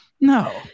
No